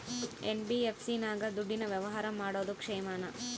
NBFC ನಾಗ ದುಡ್ಡಿನ ವ್ಯವಹಾರ ಮಾಡೋದು ಕ್ಷೇಮಾನ?